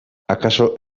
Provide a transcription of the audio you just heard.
akaso